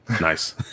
Nice